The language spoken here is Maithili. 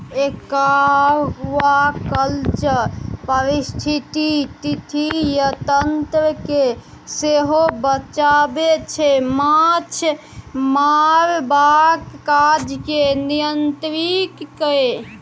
एक्वाकल्चर पारिस्थितिकी तंत्र केँ सेहो बचाबै छै माछ मारबाक काज केँ नियंत्रित कए